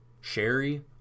Sherry